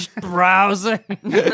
Browsing